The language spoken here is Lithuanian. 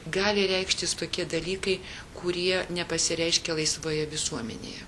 gali reikštis tokie dalykai kurie nepasireiškia laisvoje visuomenėje